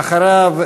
ואחריו,